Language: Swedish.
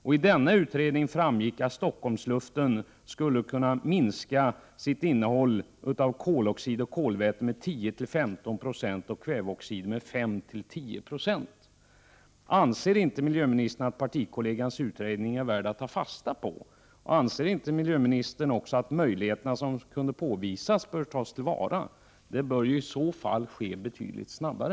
Av denna utredning framgick att Stockholmsluftens innehåll av koloxid och kolväten skulle kunna minska med 10-15 20 och av kväveoxider med 5-10 96. Anser inte miljöministern att partikollegans utredning är värd att ta fasta på? Anser inte miljöministern att de möjligheter som kunde påvisas bör tas till vara? Det bör i så fall ske betydligt snabbare!